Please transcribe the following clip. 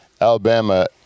Alabama